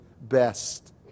best